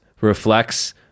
reflects